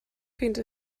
fins